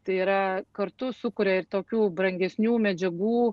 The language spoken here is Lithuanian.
tai yra kartu sukuria ir tokių brangesnių medžiagų